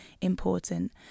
important